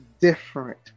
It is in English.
different